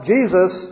Jesus